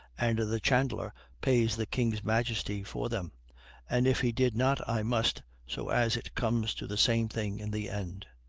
and the chandler pays the king's majesty for them and if he did not i must, so as it comes to the same thing in the end.